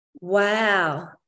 Wow